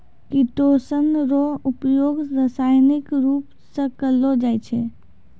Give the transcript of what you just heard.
chitosan रो उपयोग रासायनिक रुप से करलो जाय छै